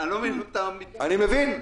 אני מבין,